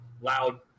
loud